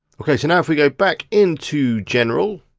okay, so now if we go back into general.